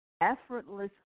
Effortless